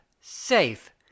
safe